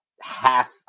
half